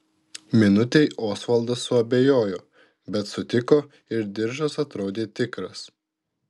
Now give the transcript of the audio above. minutei osvaldas suabejojo bet sutiko ir diržas atrodė tikras